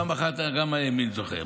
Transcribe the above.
פעם אחת גם הימין זוכה,